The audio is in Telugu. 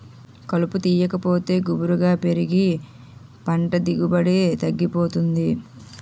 కలుపు తీయాకపోతే గుబురుగా పెరిగి పంట దిగుబడి తగ్గిపోతుంది